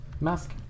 mask